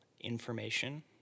information